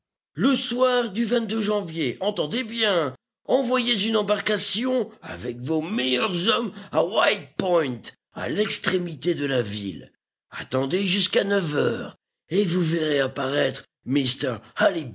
le soir du janvier entendez bien envoyez une embarcation avec vos meilleurs hommes à white point à l'extrémité de la ville attendez jusqu'à neuf heures et vous verrez apparaître